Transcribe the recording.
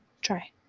try